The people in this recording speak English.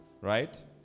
Right